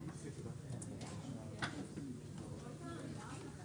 סיפרו שהיו